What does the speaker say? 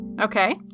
Okay